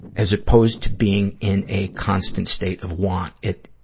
as opposed to being in a constant state of want. it,